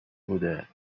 بوده